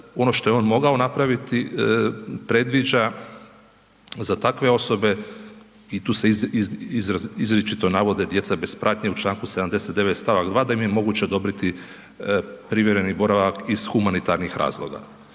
ono što je on mogao napraviti predviđa za takve osobe i tu se izričito navode djeca bez pratnje u čl. 79. st. 2. da im je moguće odobriti privremeni boravak iz humanitarnih razloga